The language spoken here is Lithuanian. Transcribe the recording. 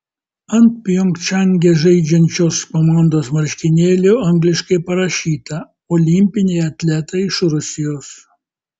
ant pjongčange žaidžiančios komandos marškinėlių angliškai parašyta olimpiniai atletai iš rusijos